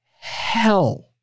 hell